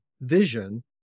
vision